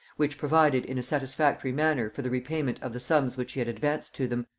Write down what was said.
which provided in a satisfactory manner for the repayment of the sums which she had advanced to them,